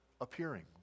appearing